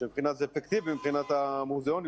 שזה אפקטיבי מבחינת המוזיאונים,